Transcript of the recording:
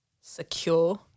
secure